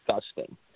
disgusting